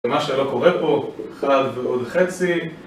מה שלא קורה פה, 1 ועוד חצי